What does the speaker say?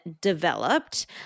developed